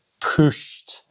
pushed